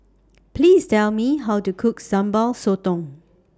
Please Tell Me How to Cook Sambal Sotong